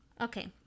okay